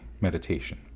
meditation